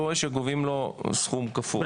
שגובים לו סכום כפול.